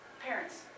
Parents